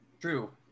True